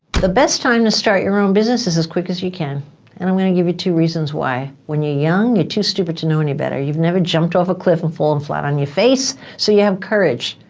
the best time to start your own business is as quick as you can and i'm going to give you two reasons why. when you're young, you're too stupid to know any better. you've never jumped off a cliff and fallen flat on your face so you have courage.